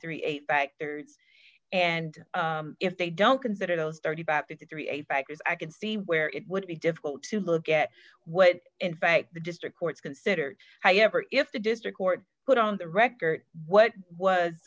thirty eight factors and if they don't consider those thirty five to three a factors i could see where it would be difficult to look at what in fact the district courts considered however if the district court put on the record what was